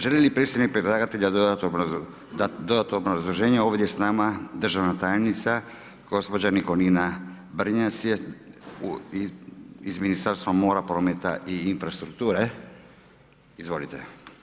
Želi li predstavnik predlagatelja dodatno obrazloženje, ovdje je s nama državna tajnica, gospođa Nikolina Brnjac iz Ministarstva mora, prometa i infrastrukture, izvolite.